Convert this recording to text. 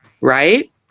right